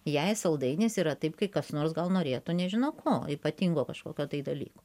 jai saldainis yra taip kai kas nors gal norėtų nežinau ko ypatingo kažkokio tai dalyko